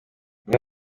umwe